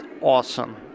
awesome